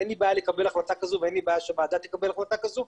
אין לי בעיה לקבל החלטה כזאת ואין לי בעיה שהוועדה תקבל החלטה כזאת,